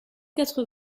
quatre